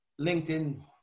LinkedIn